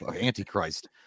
antichrist